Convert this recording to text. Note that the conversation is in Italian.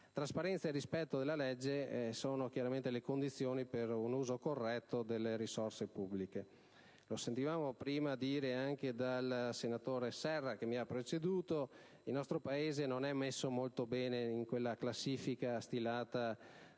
Trasparenza e rispetto della legge sono chiaramente le condizioni per un uso corretto delle risorse pubbliche. Come abbiamo prima sentito affermare dal senatore Serra che mi ha preceduto, il nostro Paese non e' messo molto bene in quella classifica stilata